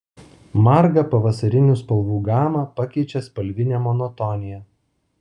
margą pavasarinių spalvų gamą pakeičia spalvinė monotonija